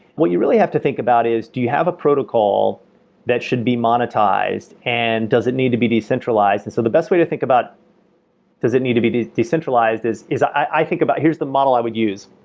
what you really have to think about is do you have a protocol that should be monetized, and does it need to be decentralized? so the best way to think about does it need to be decentralized is is i think about, here's the model i would use.